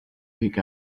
pick